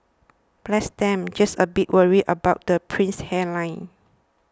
bless them just a bit worried about the prince's hairline